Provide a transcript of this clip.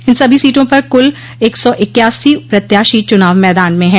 इन सभी सीटों पर कुल एक सौ इक्यासी प्रत्याशी चुनाव मैदान में हैं